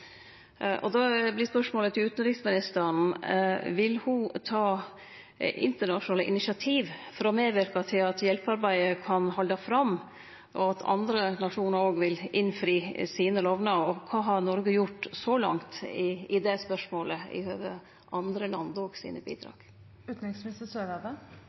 saman. Då vert spørsmålet til utanriksministeren: Vil ho ta internasjonale initiativ for å medverke til at hjelpearbeidet kan halde fram og til at andre nasjonar òg vil innfri sine lovnader? Og kva har Noreg gjort så langt i det spørsmålet i høve til andre lands bidrag? Dette er en problemstilling som relativt ofte er på agendaen, og